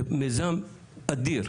זה מיזם אדיר